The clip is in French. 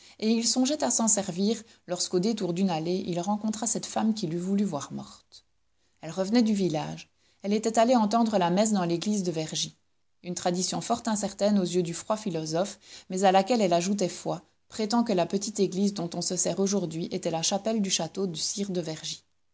et il songeait à s'en servir lorsque au détour d'une allée il rencontra cette femme qu'il eût voulu voir morte elle revenait du village elle était allée entendre la messe dans l'église de vergy une tradition fort incertaine aux yeux du froid philosophe mais à laquelle elle ajoutait foi prétend que la petite église dont on se sert aujourd'hui était la chapelle du château du sire de vergy